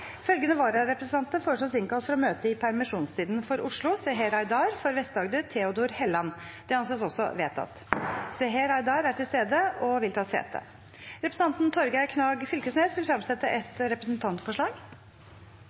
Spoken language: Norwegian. Følgende vararepresentanter innkalles for å møte i permisjonstiden: For Oslo: Seher Aydar For Vest-Agder: Theodor Helland Seher Aydar er til stede og vil ta sete. Representanten Torgeir Knag Fylkesnes vil fremsette et